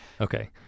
Okay